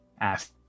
Ask